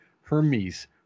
Hermes